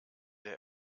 der